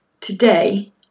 today